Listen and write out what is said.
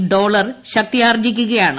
മറ്റ് ഡോളർ ശക്തിയാർജ്ജിക്കുകയാണ്